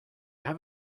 have